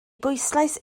bwyslais